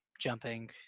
jumping